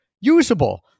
usable